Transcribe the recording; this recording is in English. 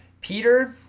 Peter